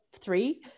Three